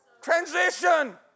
transition